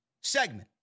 segment